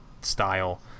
style